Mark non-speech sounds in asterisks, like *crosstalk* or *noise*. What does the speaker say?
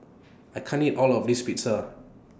*noise* I can't eat All of This Pizza